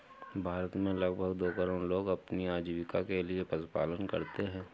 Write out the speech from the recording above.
भारत में लगभग दो करोड़ लोग अपनी आजीविका के लिए पशुपालन करते है